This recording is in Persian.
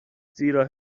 زیرا